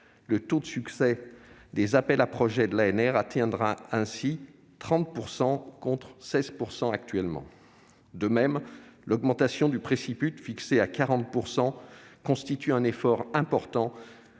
Le taux de succès des appels à projets de l'ANR atteindra ainsi 30 %, contre 16 % actuellement. De même, l'augmentation du préciput, fixé à 40 %, constitue un effort important